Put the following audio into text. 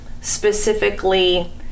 specifically